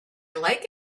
like